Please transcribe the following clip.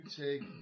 take